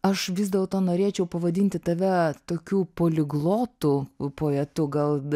aš vis dėlto norėčiau pavadinti tave tokiu poliglotu poetu gal